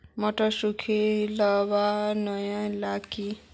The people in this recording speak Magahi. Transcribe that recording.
मोटर सुटी लगवार नियम ला की?